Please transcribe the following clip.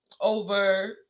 over